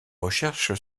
recherche